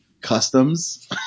customs